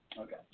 Okay